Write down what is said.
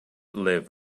live